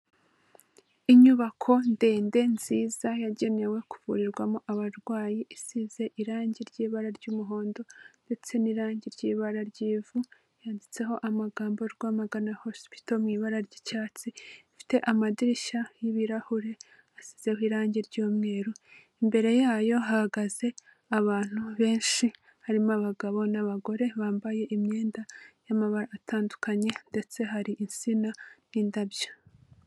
Inyubako ndende nziza yagenewe kuvurirwamo abarwayi isize irangi ry'ibara ry'umuhondo ndetse n'irangi ry'ibara ry'ivu yanditseho amagambo Rwamagana hospital mu ibara ry'icyatsi rifite amadirishya y'ibirahure asize irangi ry'umweru imbere yayo hahagaze abantu benshi harimo abagabo n'abagore bambaye imyenda y'amabara atandukanye ndetse hari insina n'indabyo.